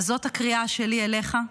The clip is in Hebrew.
אז זאת הקריאה שלי אליך,